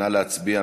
נא להצביע.